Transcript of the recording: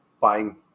buying